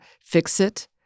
fix-it